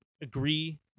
agree